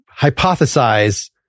hypothesize